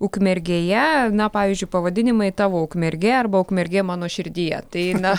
ukmergėje na pavyzdžiui pavadinimai tavo ukmergė arba ukmergė mano širdyje tai na